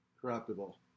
corruptible